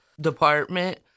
department